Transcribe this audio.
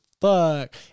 fuck